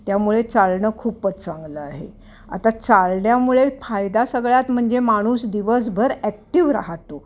त्यामुळे चालणं खूपच चांगलं आहे आता चालण्यामुळे फायदा सगळ्यात म्हणजे माणूस दिवसभर ॲक्टिव राहतो